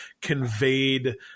conveyed –